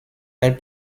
elle